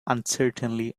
uncertainly